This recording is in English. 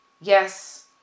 yes